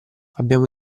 abbiamo